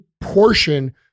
portion